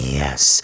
yes